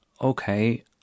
Okay